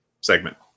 segment